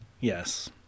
Yes